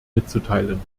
mitzuteilen